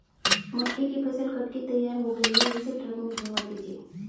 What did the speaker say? मक्के की फसल कट के तैयार हो गई है अब इसे ट्रक में भरवा दीजिए